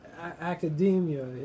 Academia